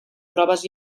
proves